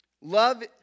Love